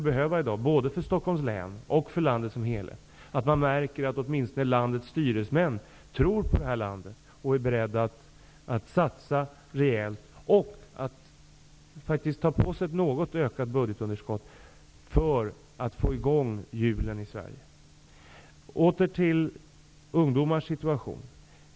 Både för Stockholms läns skull och för landet som helhet skulle vi i dag behöva märka att åtminstone landets styresmän tror på landet och är beredda att satsa rejält och att ta på sig ett något ökat budgetunderskott för att få i gång hjulen i Sverige. Jag vill åter ta upp ungdomars situation.